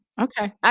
okay